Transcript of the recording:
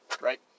right